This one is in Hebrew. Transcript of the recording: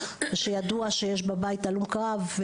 שידוע שיש בבית הלום קרב,